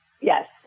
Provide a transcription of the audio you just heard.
Yes